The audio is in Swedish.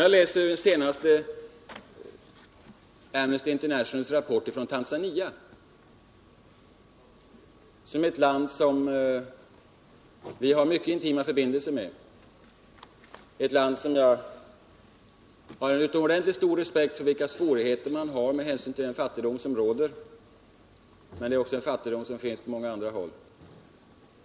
Jag skall läsa upp vad Amnesty International säger om Tanzania, ett land som vi har mycket intima förbindelser med och vars svårigheter jag har en utomordentligt stor respekt för med tanke på den fattigdom som råder där — men det är också en fattigdom som finns på många andra håll.